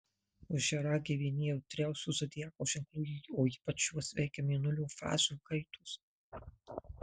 ožiaragiai vieni jautriausių zodiako ženklų o ypač juos veikia mėnulio fazių kaitos